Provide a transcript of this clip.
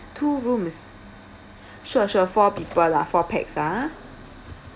two rooms sure sure four people lah four pax ah